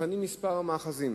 מפנים כמה מאחזים.